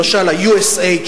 למשל ה-USAID,